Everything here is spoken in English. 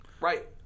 right